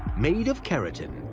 made of keratin,